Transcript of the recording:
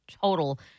total